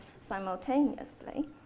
simultaneously